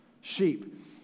sheep